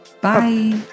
bye